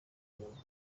inyuma